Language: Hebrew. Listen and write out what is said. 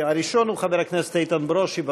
הראשון הוא חבר הכנסת איתן ברושי.